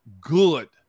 good